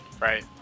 Right